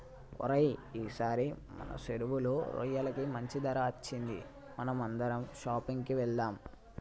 ఓరై ఈసారి మన సెరువులో రొయ్యలకి మంచి ధర అచ్చింది మనం అందరం షాపింగ్ కి వెళ్దాం